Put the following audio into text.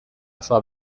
osoa